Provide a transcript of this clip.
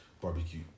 barbecue